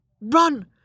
Run